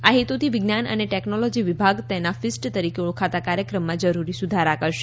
આ હેતુથીવિજ્ઞાન અને ટેકનોલોજી વિભાગ તેના ફીસ્ટ તરીકે ઓળખાતા કાર્યક્રમ જરૂરી સુધારા કરશે